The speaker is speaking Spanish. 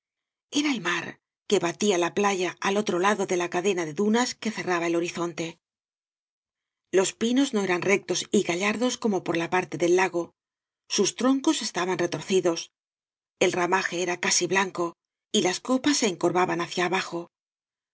era el mar que batía la playa al otro lado de la cadena de dunas que cerraba el horizonte los pinos no eran rectos y gallardos como por la parte del lago sus troncos estaban retorcidos el ramaje era casi blanco y las copas se encorvaban hacia abajo